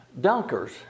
dunkers